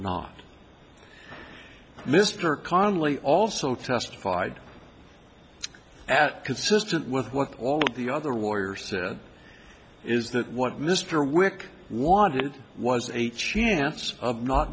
not mr conley also testified that consistent with what all the other warrior said is that what mr wick wanted was a chance of not